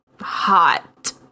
hot